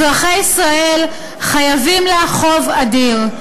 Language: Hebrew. אזרחי ישראל חייבים לה חוב אדיר.